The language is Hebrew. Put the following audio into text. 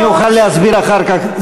אני אוכל להסביר אחר כך,